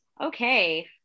Okay